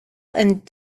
and